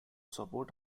support